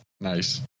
Nice